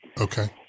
Okay